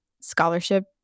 scholarship